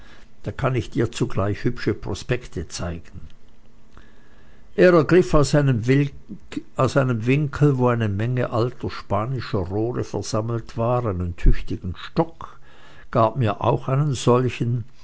da kann ich dir zugleich hübsche prospekte zeigen er ergriff aus einem winkel wo eine menge alter spanischer rohre versammelt war einen tüchtigen stock gab mir auch einen solchen